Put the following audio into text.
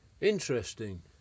Interesting